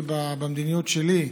מכובדיי,